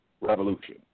revolution